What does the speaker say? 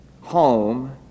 Home